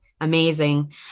amazing